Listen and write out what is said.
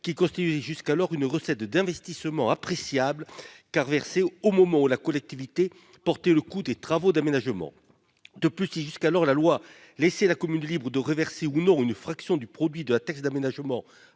qui constituait jusqu'alors une recette d'investissement appréciable, car versée au moment où la collectivité supportait le coût des travaux d'aménagement. De plus, si la loi laissait jusqu'alors la commune libre de reverser ou non une fraction du produit de la taxe d'aménagement